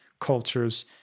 cultures